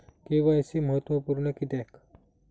KYC महत्त्वपुर्ण किद्याक?